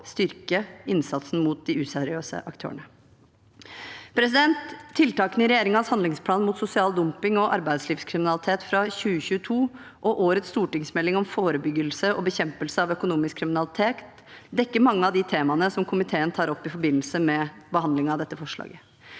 styrke innsatsen mot de useriøse aktørene. Tiltakene i regjeringens handlingsplan mot sosial dumping og arbeidslivskriminalitet fra 2022 og årets stortingsmelding om forebyggelse og bekjempelse av økonomisk kriminalitet dekker mange av de temaene som komiteen tar opp i forbindelse med behandlingen av dette forslaget.